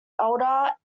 elder